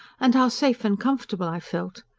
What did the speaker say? and how safe and comfortable i felt.